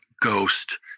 ghost